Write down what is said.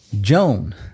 Joan